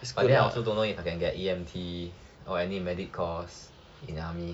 but then I also don't know if I can get E_M_T or any medic course in the army